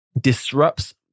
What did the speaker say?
disrupts